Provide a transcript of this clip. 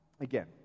again